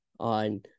on